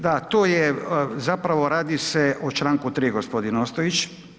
Da, tu je, zapravo radi se o članku 3., gospodin Ostojić.